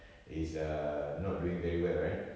is err not doing very well right